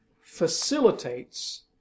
facilitates